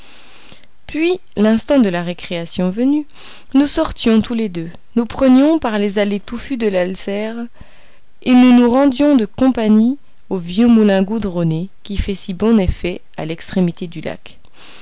puis l'instant de là récréation venue nous sortions tous les deux nous prenions par les allées touffues de l'alsser et nous nous rendions de compagnie au vieux moulin goudronné qui fait si bon effet à l'extrémité du lac